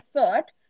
effort